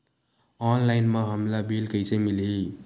Online म हमला bill कइसे मिलही?